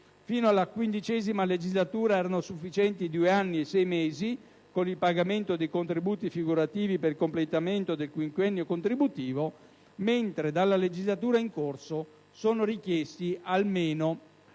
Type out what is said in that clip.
fino alla XV legislatura erano sufficienti 2 anni e 6 mesi - con il pagamento dei contributi figurativi per il completamento del quinquennio contributivo - mentre dalla legislatura in corso sono richiesti almeno